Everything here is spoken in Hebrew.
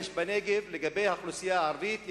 לגבי האוכלוסייה הערבית,